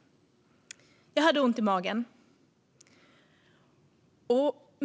Jag hade ont i magen.